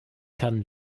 kann